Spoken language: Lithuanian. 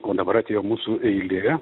o dabar atėjo mūsų eilė